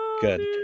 Good